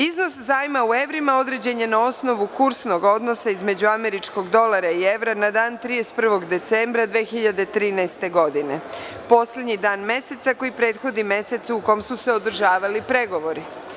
Iznos zajma u evrima određen je na osnovu kursnog odnosa između američkog dolara i evra na dan 31. decembra 2013. godine, poslednji dan meseca koji prethodi mesecu u kom su se održavali pregovori.